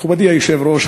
מכובדי היושב-ראש,